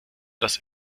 dass